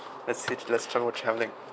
that's it let's talk about travelling